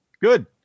Good